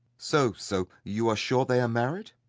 so, so you are sure they are married?